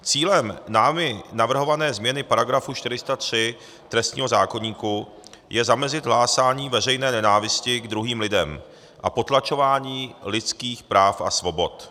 Cílem námi navrhované změny § 403 trestního zákoníku je zamezit hlásání veřejné nenávisti k druhým lidem a potlačování lidských práv a svobod.